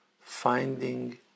finding